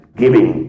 giving